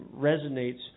resonates